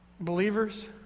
Believers